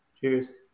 Cheers